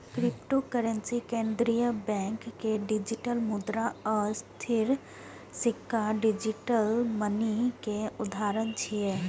cryptocurrency, केंद्रीय bank के digital मुद्रा आ स्थिर सिक्का डिजिटल मनी के उदाहरण छियै